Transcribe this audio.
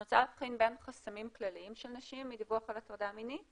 אני רוצה להבחין בין חסמים כלליים של נשים מדיווח על הטרדה מינית